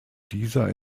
dieser